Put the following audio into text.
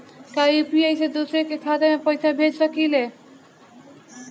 का यू.पी.आई से दूसरे के खाते में पैसा भेज सकी ले?